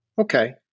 okay